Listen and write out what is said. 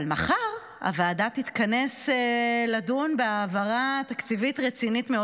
אבל מחר הוועדה תתכנס לדון בהעברה תקציבית רצינית מאוד,